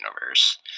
universe